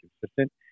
consistent